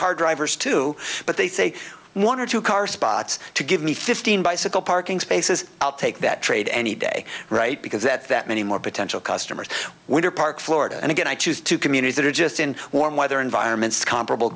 car drivers to but they say one or two cars spots to give me fifteen bicycle parking spaces i'll take that trade any day right because that that many more potential customers winter park florida and again i choose to communities that are just in warm weather environments comparable